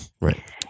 Right